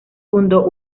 fundó